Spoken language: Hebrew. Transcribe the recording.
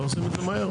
לא עושים את זה מהר?